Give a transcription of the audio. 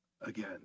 again